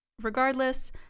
Regardless